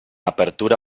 apertura